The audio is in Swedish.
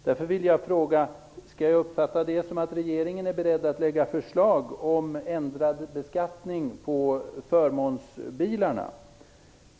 Jag vill fråga om jag skall uppfatta detta så, att regeringen är beredd att lägga fram förslag om ändring av beskattningen av förmånsbilarna.